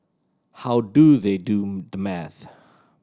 how do they do the maths